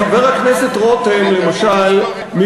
חבר הכנסת רותם למשל,